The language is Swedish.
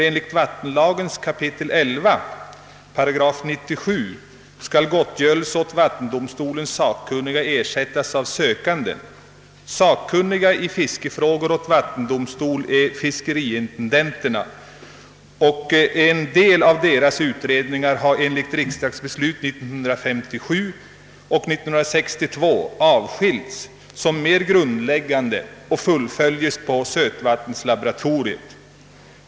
Enligt vattenlagen 11 kap. 97 8 skall gottgörelse åt vattendomstolens sakkunniga erläggas av sökanden. Sakkunniga i fiskefrågor är fiskeriintendenterna, och en del av deras utredningar har enligt riksdagsbeslut 1957 och 1962 avskilts som mer grundläggande och fullföljs på sötvattenslaboratoriet.